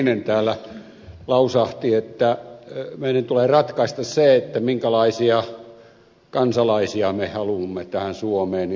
jokinen lausahti että meidän tulee ratkaista se minkälaisia kansalaisia ja asukkaita me haluamme suomeen